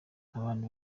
abantu